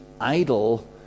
idle